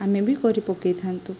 ଆମେ ବି କରି ପକେଇଥାନ୍ତୁ